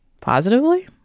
positively